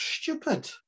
stupid